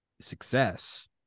success